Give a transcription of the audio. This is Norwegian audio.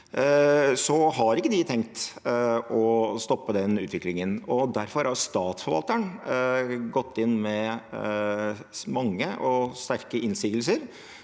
har ikke de tenkt å stoppe den utviklingen. Derfor har statsforvalteren gått inn med mange og sterke innsigelser